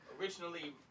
Originally